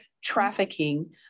trafficking